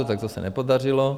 Tak to se nepodařilo.